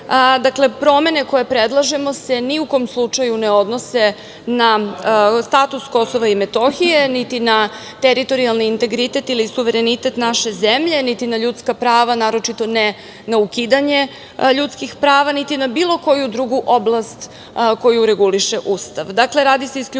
Dakle, promene koje predlažemo se ni u kom slučaju ne odnose na status Kosova i Metohije, niti na teritorijalni integritet ili suverenitet naše zemlje niti na ljudska prava, naročito ne na ukidanje ljudskih prava niti na bilo koju drugu oblast koju reguliše Ustav.